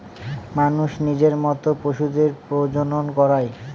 মানুষ নিজের মত পশুদের প্রজনন করায়